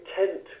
intent